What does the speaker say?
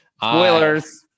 spoilers